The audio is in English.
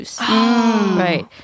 Right